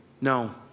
No